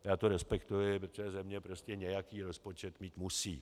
Já to respektuji, protože země prostě nějaký rozpočet mít musí.